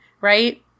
Right